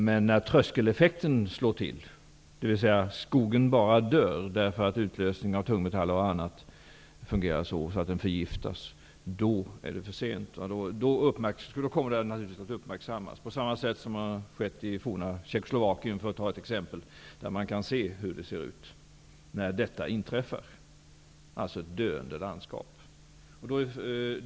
Men när tröskeleffekten slår till, dvs. skogen bara dör, därför att utlösningen av tungmetaller och annat fungerar så att skogen förgiftas, då är det för sent. Då kommer skogsdöden naturligtvis att uppmärksammas, på samma sätt som har skett i f.d. Tjeckoslovakien, för att ta ett exempel, där man kan se hur det ser ut när detta inträffar, alltså ett döende landskap.